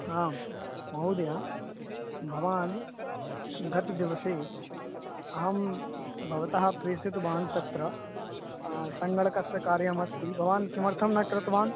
आं महोदय भवान् गतदिवसे अहं भवतः प्रेषितवान् तत्र सङ्गणकस्य कार्यमस्ति भवान् किमर्थं न कृतवान्